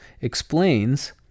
explains